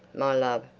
my love.